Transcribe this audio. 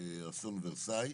אסון ורסאי.